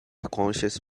conchas